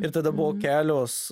ir tada buvo kelios